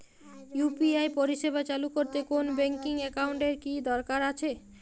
UPI পরিষেবা চালু করতে কোন ব্যকিং একাউন্ট এর কি দরকার আছে?